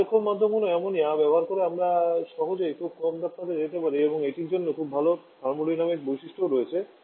কার্যক্ষম মাধ্যম হল অ্যামোনিয়া ব্যবহার করে আমরা সহজেই খুব কম তাপমাত্রায় যেতে পারি এবং এটির খুব ভাল থার্মোডাইনামিক বৈশিষ্ট্যও রয়েছে